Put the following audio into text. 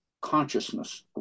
consciousness